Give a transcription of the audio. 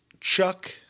Chuck